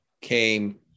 came